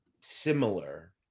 similar